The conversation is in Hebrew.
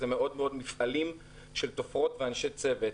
מדובר במפעלים שיש בהם תופרות ואנשי צוות.